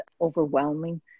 overwhelming